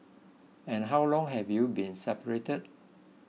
and how long have you been separated